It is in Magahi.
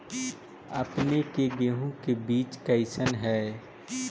अपने के गेहूं के बीज कैसन है?